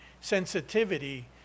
sensitivity